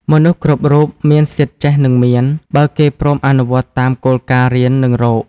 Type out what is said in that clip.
មនុស្សគ្រប់រូបមានសិទ្ធិចេះ និងមាន បើគេព្រមអនុវត្តតាមគោលការណ៍រៀន និងរក។